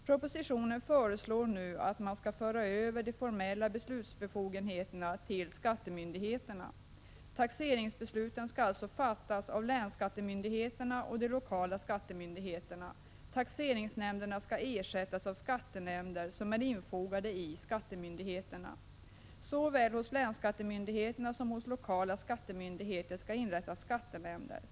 Propositionen föreslår nu att man skall föra över de formella beslutsbefogenheterna till skattemyndigheterna. Taxeringsbesluten skall alltså fattas av länsskattemyndigheterna och de lokala skattemyndigheterna. Taxeringsnämnderna skall ersättas av skattenämnder som är infogade i skattemyndigheterna. Såväl hos länsskattemyndigheterna som hos lokala skattemyndigheter skall inrättas skattenämnder.